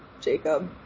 Jacob